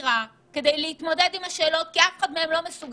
הבכירה להתמודד עם השאלות כי אף אחד לא מסוגל